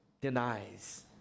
denies